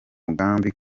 umugambi